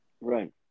Right